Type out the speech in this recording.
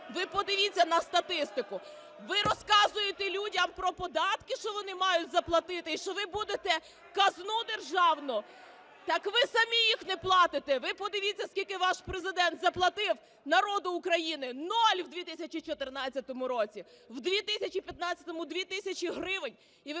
Ви подивіться на статистику, ви розказуєте людям про податки, що вони мають заплатити, і що ви будете казну державну... Так ви самі їх не платите. Ви подивіться, скільки ваш Президент заплатив народу України – нуль в 2014 році, в 2015 – 2 тисячі гривень.